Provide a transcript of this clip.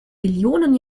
millionen